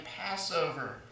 Passover